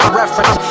reference